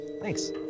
thanks